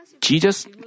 Jesus